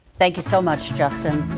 thank you so much justin.